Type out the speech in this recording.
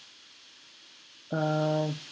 uh